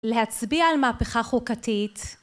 להצביע על מהפכה חוקתית